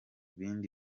bindi